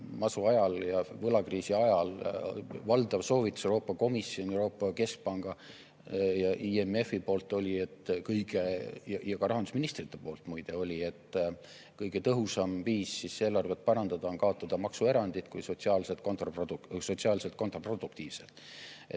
Masu ajal ja võlakriisi ajal oli valdav soovitus Euroopa Komisjoni, Euroopa Keskpanga ja IMF-i poolt see – ja muide ka rahandusministrite poolt –, et kõige tõhusam viis eelarvet parandada on kaotada maksuerandid kui sotsiaalselt kontraproduktiivsed.